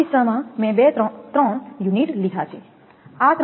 આ કિસ્સામાં મેં ત્રણ યુનિટ લીધા છે